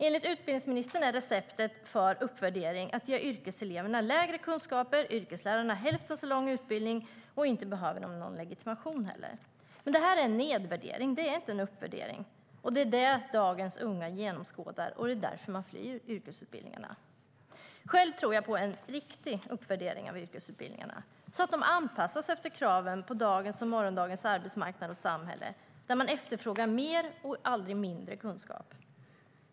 Enligt utbildningsministern är receptet för uppvärdering att ge yrkeseleverna lägre kunskaper och yrkeslärarna hälften så lång utbildning - och inte behöver de någon legitimation heller. Det är en nedvärdering - ingen uppvärdering. Det är det dagens unga genomskådar, och det är därför man flyr yrkesutbildningarna. Jag tror på en riktig uppvärdering av yrkesutbildningarna, så att de anpassas efter kraven på dagens och morgondagens arbetsmarknad och samhälle där man efterfrågar mer och aldrig mindre kunskap.